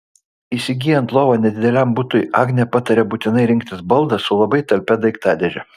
įsigyjant lovą nedideliam butui agnė pataria būtinai rinktis baldą su labai talpia daiktadėže